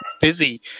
busy